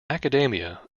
academia